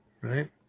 right